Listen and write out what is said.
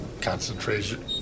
concentration